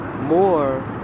more